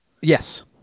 Yes